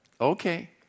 Okay